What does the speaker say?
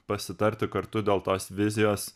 pasitarti kartu dėl tos vizijos